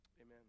Amen